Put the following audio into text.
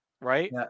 right